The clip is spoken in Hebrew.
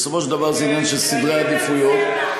זה בדיוק הנושא הבא.